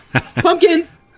Pumpkins